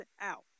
out